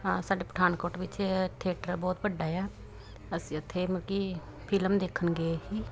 ਹਾਂ ਸਾਡੇ ਪਠਾਨਕੋਟ ਵਿੱਚ ਥੀਏਟਰ ਬਹੁਤ ਵੱਡਾ ਆ ਅਸੀਂ ਉੱਥੇ ਮਲ ਕਿ ਫਿਲਮ ਦੇਖਣ ਗਏ ਸੀ